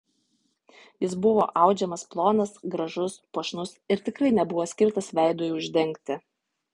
jis buvo audžiamas plonas gražus puošnus ir tikrai nebuvo skirtas veidui uždengti